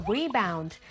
Rebound